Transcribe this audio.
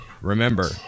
Remember